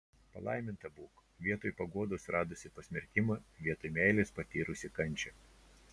palaiminta būk vietoj paguodos radusi pasmerkimą vietoj meilės patyrusi kančią